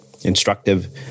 instructive